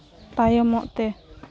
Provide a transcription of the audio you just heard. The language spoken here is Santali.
ᱛᱟᱭᱚᱢᱛᱮ